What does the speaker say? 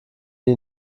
die